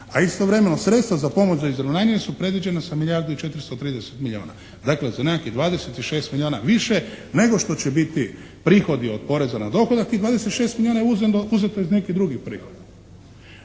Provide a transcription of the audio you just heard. a istovremeno sredstva za pomoć za izravnanje su predviđena sa milijardu i 430 milijuna. Dakle, za nekakvih 26 milijuna više nego što će biti prihodi od poreza na dohodak, tih 26 milijuna je uzeto iz nekih drugih prihoda.